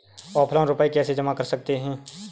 Offline रुपये कैसे जमा कर सकते हैं?